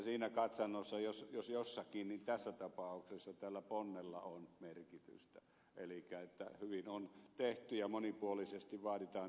siinä katsannossa jos jossakin tässä tapauksessa tällä ponnella on merkitystä elikkä hyvin on tehty ja monipuolisesti vaaditaan tietoja